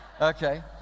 Okay